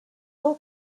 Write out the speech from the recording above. law